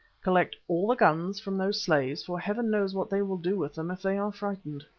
collect all the guns from those slaves, for heaven knows what they will do with them if they are frightened!